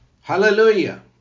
Hallelujah